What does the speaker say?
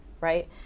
right